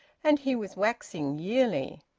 and he was waxing yearly.